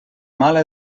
mala